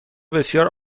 بسیار